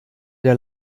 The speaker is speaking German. der